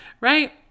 right